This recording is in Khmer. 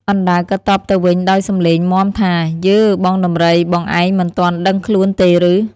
អណ្ដើកក៏តបទៅវិញដោយសំឡេងមាំថា៖ "យើ! បងដំរី បងឯងមិនទាន់ដឹងខ្លួនទេឬ?